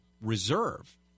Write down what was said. reserve